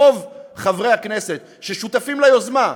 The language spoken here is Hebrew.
רוב חברי הכנסת ששותפים ליוזמה,